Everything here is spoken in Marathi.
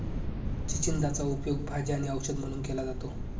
चिचिंदाचा उपयोग भाजी आणि औषध म्हणून केला जातो